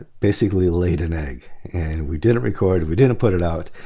basically laid an egg and we didn't record. we didn't put it out,